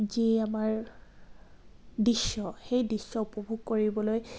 যি আমাৰ দৃশ্য সেই দৃশ্য উপভোগ কৰিবলৈ